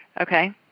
Okay